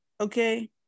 okay